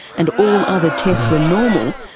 and all other tests were normal,